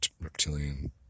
reptilian